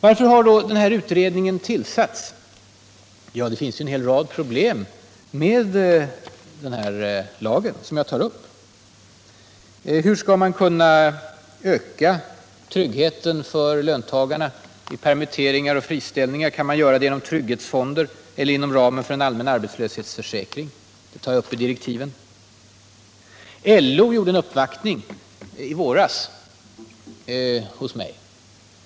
Varför har då utredningen tillsatts? Jo, det finns en hel rad problem med den här lagen. Hur skall man kunna öka tryggheten för löntagarna vid permitteringar och friställningar? Kan man göra det genom trygghetsfonder eller inom ramen för en allmän arbetslöshetsförsäkring? Detta tar jag upp i direktiven. LO gjorde i våras en uppvaktning hos mig.